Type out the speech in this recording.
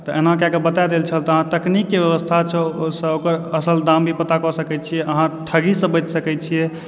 तऽ एनाकएके बता देल छल तकनीकके व्यवस्थासँ ओकर असल दाम भी पता कए सकैत छिये अहाँ ठगीसँ बचि सकैत छिये